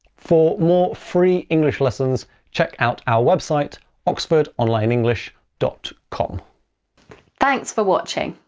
for more free english lessons check out our website oxford online english dot com thanks for watching!